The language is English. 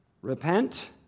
Repent